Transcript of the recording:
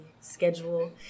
schedule